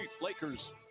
Lakers